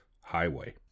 Highway